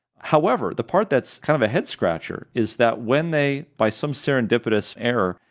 however, the part that's kind of a headscratcher is that when they, by some serendipitous error,